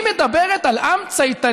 היא מדברת על עם צייתני,